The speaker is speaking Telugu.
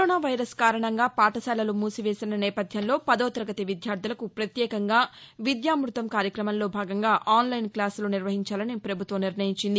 కరోనా వైరస్ కారణంగా పాఠశాలలు మూసివేసిన నేపథ్యంలో పదో తరగతి విద్యార్దలకు ప్రత్యేకంగా విద్యామృతం కార్యక్రమంలో భాగంగా ఆన్లైన్ క్లాసులు నిర్వహించాలని పభుత్వం నిర్ణయించింది